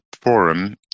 forum